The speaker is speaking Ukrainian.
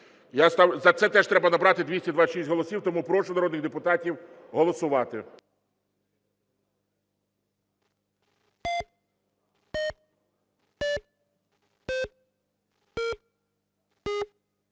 За це теж треба набрати 226 голосів. Тому прошу народних депутатів голосувати.